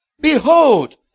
Behold